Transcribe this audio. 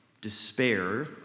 Despair